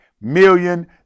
million